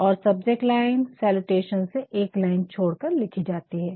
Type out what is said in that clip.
और subject line salutation से एक लाइन छोड़कर लिखी जाती है